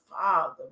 Father